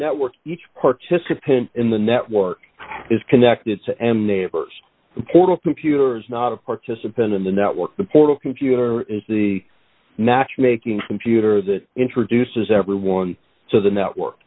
network each participant in the network is connected to and neighbors port of computers not a participant in the network the port of computer is the natural making computer that introduces everyone so the network